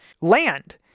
land